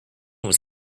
was